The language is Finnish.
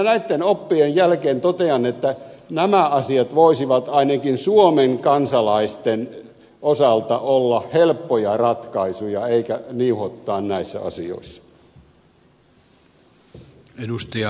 näitten oppien jälkeen totean että nämä asiat voisivat ainakin suomen kansalaisten osalta olla helppoja ratkaisuja eikä pitäisi niuhottaa näissä asioissa